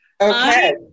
Okay